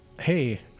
Hey